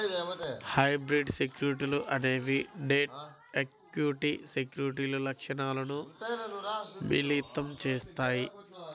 hybrid సెక్యూరిటీలు అనేవి debt, equity సెక్యూరిటీల లక్షణాలను మిళితం చేత్తాయి